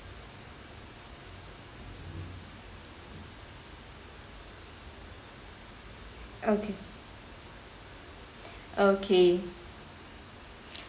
okay okay